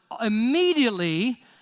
immediately